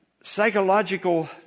Psychological